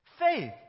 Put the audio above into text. Faith